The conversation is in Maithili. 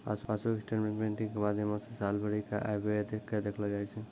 पासबुक स्टेटमेंट प्रिंटिंग के माध्यमो से साल भरि के आय व्यय के देखलो जाय छै